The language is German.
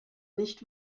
nicht